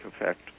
effect